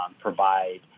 provide